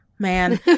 Man